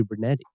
Kubernetes